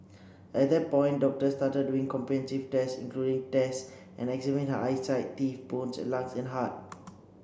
at that point doctors started doing comprehensive tests including tests and examine her eyesight teeth bones lungs and heart